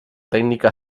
tècnica